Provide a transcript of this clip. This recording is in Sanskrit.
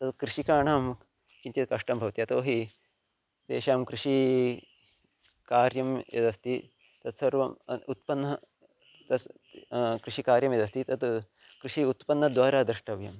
तद् कृषिकाणां किञ्चित् कष्टं भवति यतो हि तेषां कृषिकार्यं यदस्ति तत्सर्वम् उत्पन्नं तस्य कृषिकार्यं यदस्ति तत् कृषिः उत्पन्नद्वारा द्रष्टव्यं